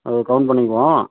அது கவுண்ட் பண்ணிக்குவோம்